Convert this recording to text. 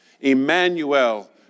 Emmanuel